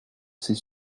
ces